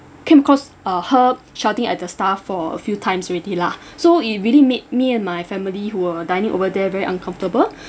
came across uh her shouting at the staff for a few times already lah so it really made me and my family who were dining over there very uncomfortable